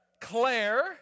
Claire